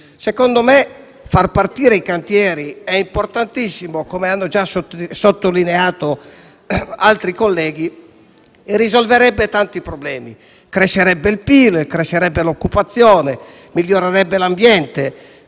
Secondo me far partire i cantieri è importantissimo - come hanno già sottolineato altri colleghi - e risolverebbe tanti problemi. Crescerebbe il PIL, crescerebbe l'occupazione e migliorerebbe l'ambiente,